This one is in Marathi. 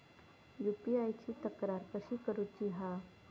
यू.पी.आय ची तक्रार कशी करुची हा?